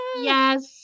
Yes